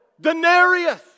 denarius